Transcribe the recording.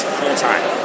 full-time